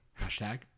Hashtag